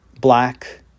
black